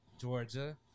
Georgia